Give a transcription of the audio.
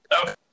Okay